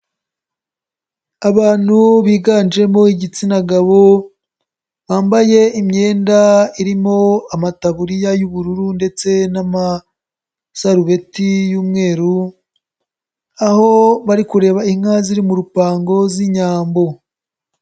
Abantu biganjemo igitsina gabo, bambaye imyenda irimo amataburiya y'ubururu ndetse n'amasarubeti y'umweru, aho bari kureba inka ziri mu rupango z'inyambo.